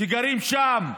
שגרים שם.